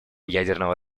ядерного